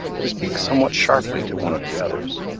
to speak somewhat sharply to one of the others.